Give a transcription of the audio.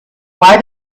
why